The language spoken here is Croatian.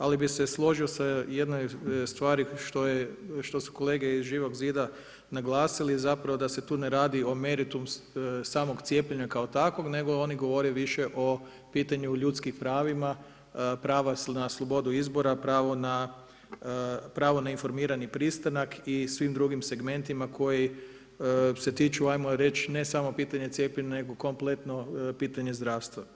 Ali bih se složiti sa jednom stvari što su kolege iz Živog zida naglasili, zapravo da se tu ne radi o meritumu samog cijepljenja kao takvog, nego oni govore više o pitanju o ljudskim pravima, prava na slobodu izbora, pravo na informirani pristanak i svim drugim segmentima koji se tiču hajmo reći ne samo pitanje cijepljenja, nego kompletno pitanje zdravstva.